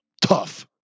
tough